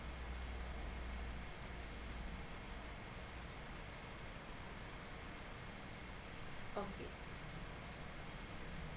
okay